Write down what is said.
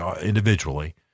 individually